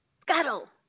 Scuttle